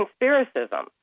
conspiracism